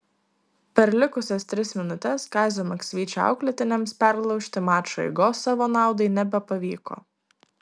per likusias tris minutes kazio maksvyčio auklėtiniams perlaužti mačo eigos savo naudai nebepavyko